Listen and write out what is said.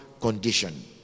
condition